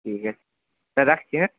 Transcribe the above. ঠিক আছে স্যার রাখছি হ্যাঁ